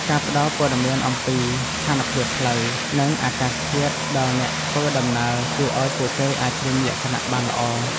ការផ្តល់ព័ត៌មានអំពីស្ថានភាពផ្លូវ និងអាកាសធាតុដល់អ្នកធ្វើដំណើរជួយឱ្យពួកគេអាចត្រៀមលក្ខណៈបានល្អ។